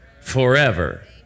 forever